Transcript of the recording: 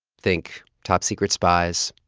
think top-secret spies,